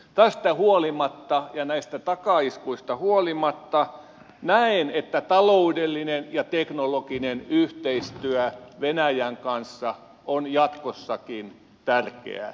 tästä huolimatta ja näistä takaiskuista huolimatta näen että taloudellinen ja teknologinen yhteistyö venäjän kanssa on jatkossakin tärkeää